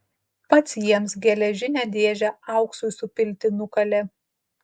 pats jiems geležinę dėžę auksui supilti nukalė